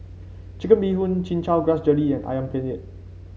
Chicken Bee Hoon Chin Chow Grass Jelly and ayam penyet